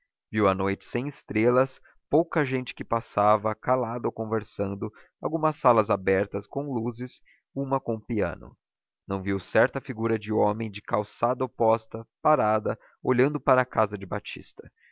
viu a noite sem estrelas pouca gente que passava calada ou conversando algumas salas abertas com luzes uma com piano não viu certa figura de homem na calçada oposta parada olhando para a casa de batista